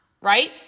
right